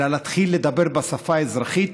אלא להתחיל לדבר בשפה האזרחית,